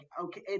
okay